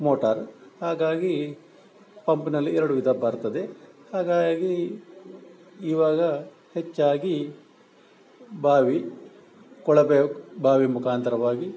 motor ಹಾಗಾಗಿ ಪಂಪ್ನಲ್ಲಿ ಎರಡು ವಿಧ ಬರ್ತದೆ ಹಾಗಾಗಿ ಇವಾಗ ಹೆಚ್ಚಾಗಿ ಬಾವಿ ಕೊಳವೆ ಬಾವಿ ಮುಖಾಂತರವಾಗಿ